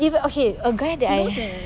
if okay a guy that I